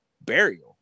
burial